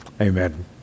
Amen